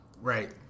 Right